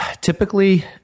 Typically